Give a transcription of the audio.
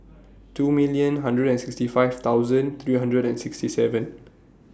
two millions hundred and sixty five thousands three hundreds and sixty seven